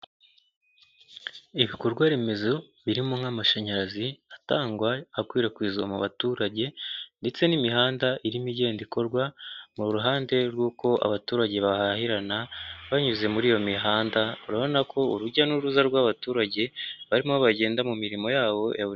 Ibikorwa remezo birimo nk'amashanyarazi atangwa, akwirakwizwa mu baturage ndetse n'imihanda irimo igenda ikorwa, mu ruhande rw'uko abaturage bahahirana banyuze muri iyo mihanda, urabona ko urujya n'uruza rw'abaturage barimo bagenda mu mirimo yabo ya buri